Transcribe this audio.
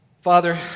Father